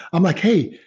i'm like, hey,